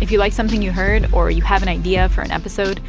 if you like something you heard or you have an idea for an episode,